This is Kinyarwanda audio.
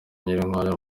nyirinkwaya